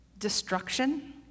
Destruction